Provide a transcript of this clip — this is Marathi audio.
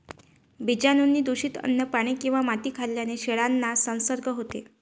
बीजाणूंनी दूषित अन्न, पाणी किंवा माती खाल्ल्याने शेळ्यांना संसर्ग होतो